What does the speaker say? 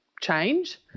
change